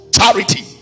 charity